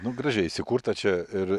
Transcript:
nu gražiai įsikurta čia ir